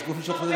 יש גופים שחוקרים.